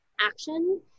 action